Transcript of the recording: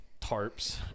tarps